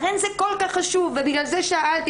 לכן זה כל כך חשוב ובגלל זה שאלתי,